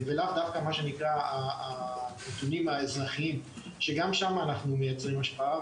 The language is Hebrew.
ולאו דווקא מה שנקרא הנתונים האזרחיים שגם שם אנחנו מייצרים השפעה,